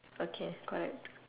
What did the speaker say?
okay correct